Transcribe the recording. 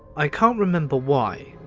i can't remember why,